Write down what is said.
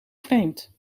vreemd